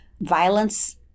violence